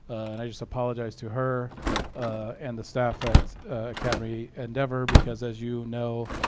and i just apologize to her and the staff at academy endeavor because, as you know,